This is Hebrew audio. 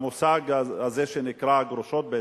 במושג הזה שנקרא גרושות,